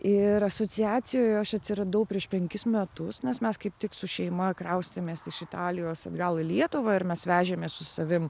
ir asociacijoj aš atsiradau prieš penkis metus nes mes kaip tik su šeima kraustėmės iš italijos atgal į lietuvą ir mes vežėmės su savim